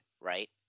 right